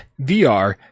VR